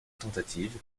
tentative